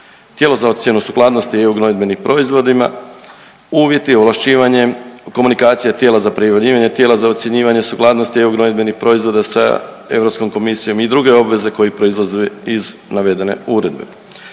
tijelo za ocjenu sukladnosti EU gnojidbenim proizvodima, uvjeti, ovlašćivanje, komunikacija tijela za prijavljivanje tijela za ocjenjivanje sukladnosti EU gnojidbenih proizvoda sa Europskom komisijom i druge obveze koje proizlaze iz navedene uredbe,